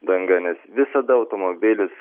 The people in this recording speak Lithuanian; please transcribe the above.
danga nes visada automobilis